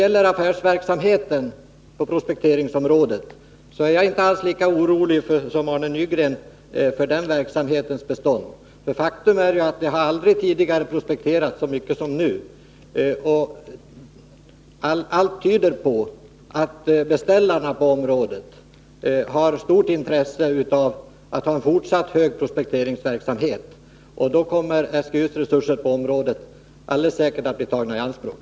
Jag är inte alls lika orolig som Arne Nygren för affärsverksamheten på prospekteringsområdet. Faktum är nämligen att det aldrig tidigare har prospekterats så mycket som nu. Allt tyder på att beställarna har stort intresse av en fortsatt hög prospekteringsverksamhet. Då kommer SGU:s resurser på området alldeles säkert att bli tagna i anspråk.